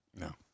No